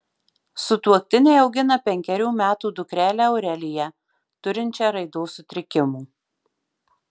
sutuoktiniai augina penkerių metų dukrelę aureliją turinčią raidos sutrikimų